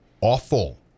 awful